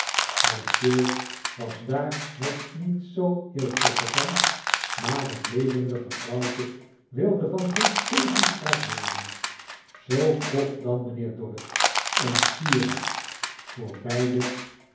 monsieur was daar nog niet zoo heel zeker van maar het levendige vrouwtje wilde van geen tegenspraak hooren zoo kocht dan mijnheer dorrit een sieraad voor beide